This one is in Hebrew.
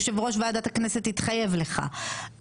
יושב ראש ועדת הכנסת התחייב לך,